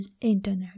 internet